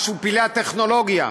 פלאי הטכנולוגיה.